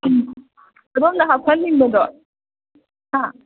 ꯎꯝ ꯑꯗꯣꯝꯅ ꯍꯥꯞꯆꯅꯤꯡꯕꯗꯣ ꯍꯥ